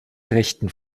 rechten